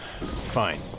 Fine